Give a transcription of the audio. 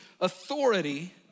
authority